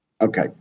Okay